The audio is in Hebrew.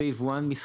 זה יבואן מסחרי.